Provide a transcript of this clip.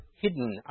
hidden